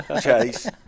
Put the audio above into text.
chase